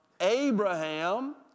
Abraham